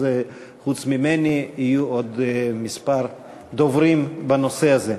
אז חוץ ממני יהיו עוד כמה דוברים בנושא הזה.